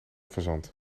fazant